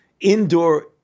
Indoor